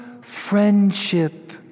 friendship